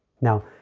Now